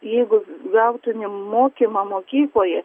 jeigu gautumėm mokymą mokykloje